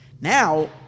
Now